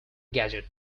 gadget